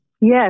Yes